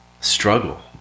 struggle